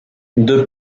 deux